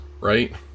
right